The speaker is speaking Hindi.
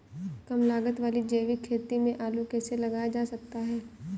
कम लागत वाली जैविक खेती में आलू कैसे लगाया जा सकता है?